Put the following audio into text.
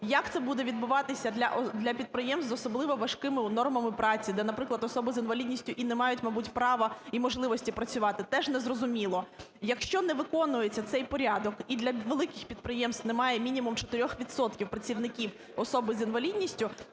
як це буде відбуватися для підприємств з особливо важкими нормами праці, де, наприклад, особа з інвалідністю і не мають, мабуть, права і можливості працювати, теж не зрозуміло. Якщо не виконується цей порядок і для великих підприємств немає мінімум 4 відсотків працівників – особи з інвалідністю,